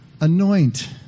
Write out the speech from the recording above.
anoint